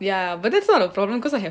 ya but that's not a problem cause I have